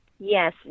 Yes